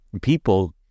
people